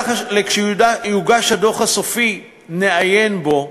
לכשיוגש הדוח הסופי נעיין בו,